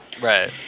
right